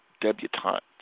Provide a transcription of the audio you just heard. debutante